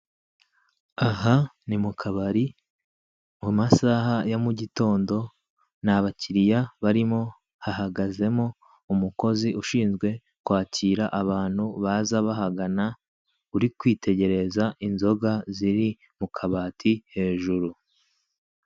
Aha ni mu kabari mu masaha ya mugitondo nta bakiriya uhari hahagazemo umukozi ushinzwe kwakira abantu baje bahagana, uri kwitegereza inzoga ziri mu kabati hejuru.